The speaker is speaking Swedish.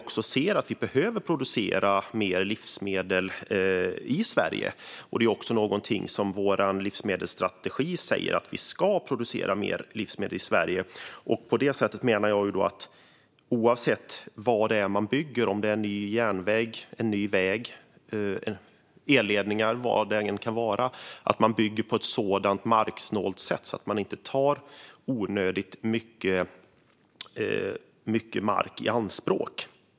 Vi ser att vi behöver producera mer livsmedel i Sverige. Att vi ska producera mer livsmedel i Sverige är också något som vår livsmedelsstrategi säger. Jag menar att oavsett vad man bygger - ny järnväg, ny väg, elledningar och vad det än kan vara - ska man bygga på ett sådant marksnålt sätt att man inte tar onödigt mycket mark i anspråk.